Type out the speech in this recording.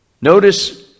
Notice